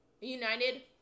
United